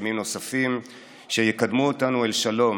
הסכמים נוספים שיקדמו אותנו אל שלום,